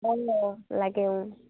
অঁ লাগে